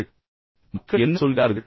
என்னைப் பற்றி மக்கள் என்ன சொல்கிறார்கள்